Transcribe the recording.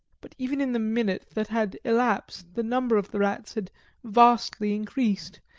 but even in the minute that had elapsed the number of the rats had vastly increased.